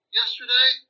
yesterday